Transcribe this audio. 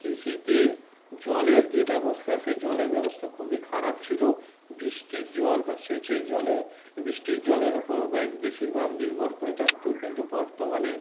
কৃষিতে জলের যে ব্যবস্থা সে জলের ব্যবস্থা খুবই খারাপ ছিল বৃষ্টির জল বা সেচের জলের বৃষ্টির জলের ওপর বেশিরভাগ নির্ভর করে থাকতো কিন্তু বর্তমানে